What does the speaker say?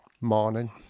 morning